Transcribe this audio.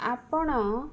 ଆପଣ